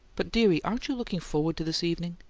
but, dearie, aren't you looking forward to this evening?